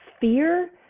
fear